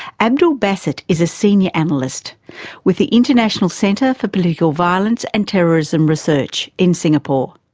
abdul basit is a senior analyst with the international centre for political violence and terrorism research in singapore.